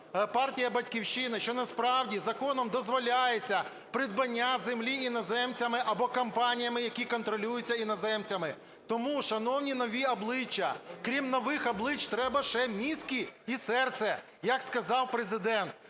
партія "Батьківщина", що насправді законом дозволяється придбання землі іноземцями або компаніями, які контролюються іноземцями. Тому, шановні нові обличчя, крім нових облич, треба ще мізки і серце, як сказав Президент.